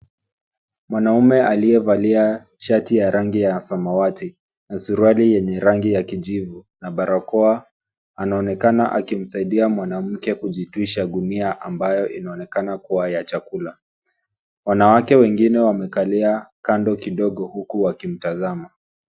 Mwanaume aliyevalia shati ya rangi ya samawati na suruali yenye rangi ya kijivu na barakoa anaonekana akimsaidia mwanamke kujitwisha gunia ambayo inaonekana kuwa ya chakula. Wanawake wengine wamekalia kando kidogo huku wakimtazama.